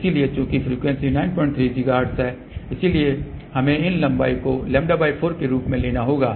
इसलिए चूंकि frequency 93 gigahertz है इसलिए हमें इन लंबाई को λ4 के रूप में लेना होगा